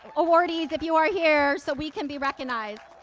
ah awardees, if you are here, so we can be recognized.